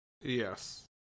Yes